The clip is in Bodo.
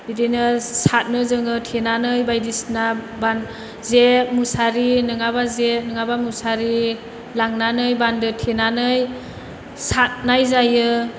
बिदिनो सारनो जोङो थेनानै बायदिसिना बान्दो बिदिनो जे मुसारि नोङाबा जे नोङाबा मुसारि लांनानै बान्दो थेनानै सारनाय जायो